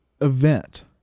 event